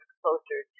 closer